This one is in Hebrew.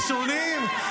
נאור נרשם, לדעתי.